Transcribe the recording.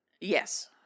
Yes